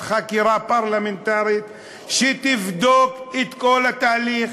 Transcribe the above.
חקירה פרלמנטרית שתבדוק את כל התהליך,